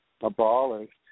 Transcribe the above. abolished